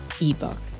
ebook